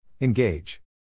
engage